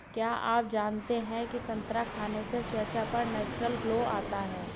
क्या आप जानते है संतरा खाने से त्वचा पर नेचुरल ग्लो आता है?